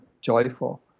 joyful